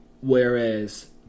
whereas